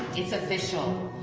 it's official.